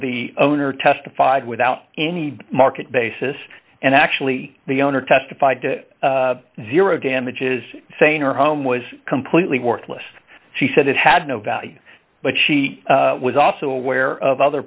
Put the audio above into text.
the owner testified without any market basis and actually the owner testified to zero damages saying her home was completely worthless she said it had no value but she was also aware of other